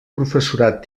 professorat